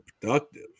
productive